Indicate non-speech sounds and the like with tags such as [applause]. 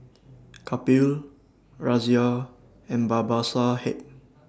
[noise] Kapil Razia and Babasaheb